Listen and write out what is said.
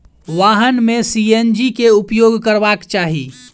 वाहन में सी.एन.जी के उपयोग करबाक चाही